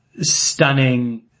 stunning